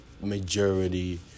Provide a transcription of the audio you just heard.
majority